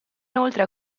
inoltre